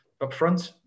upfront